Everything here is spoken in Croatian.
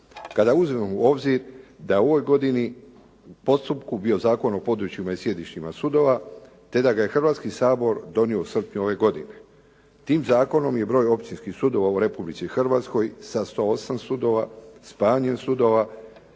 kada uzmemo u obzir da je u ovoj godini, u postupku bio Zakon o područjima i sjedištima sudova te da ga je Hrvatski sabor donio u srpnju ove godine. Tim zakonom je broj općinskih sudova u Republici Hrvatskoj sa 108 sudova, stanje sudova,